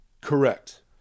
Correct